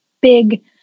big